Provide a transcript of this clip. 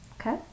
Okay